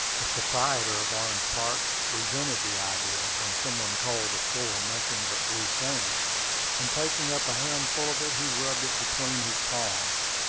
the proprietor of orange park resented the idea, when some one called the soil nothing but blue sand and taking up a handful of it, he rubbed it between his palms.